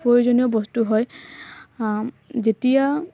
প্ৰয়োজনীয় বস্তু হয় যেতিয়া